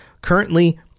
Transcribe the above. Currently